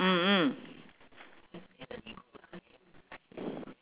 mmhmm